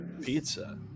pizza